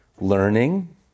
learning